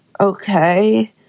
okay